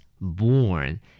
Born